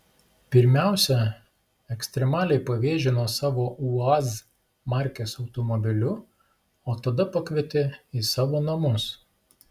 pirmiausia ekstremaliai pavėžino savo uaz markės automobiliu o tada pakvietė į savo namus